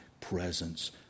presence